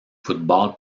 football